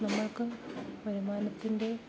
നമ്മൾക്ക് വരുമാനത്തിൻ്റെ